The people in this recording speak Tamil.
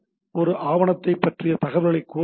ஒரு ஆவணத்தைப் பற்றிய தகவல்களைக் கோருகிறது